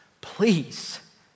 please